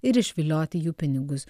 ir išvilioti jų pinigus